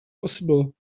possible